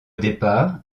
départ